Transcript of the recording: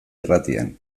irratian